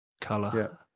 color